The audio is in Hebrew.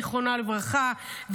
זיכרונה לרכה,